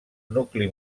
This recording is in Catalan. nucli